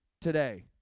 today